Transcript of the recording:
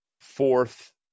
fourth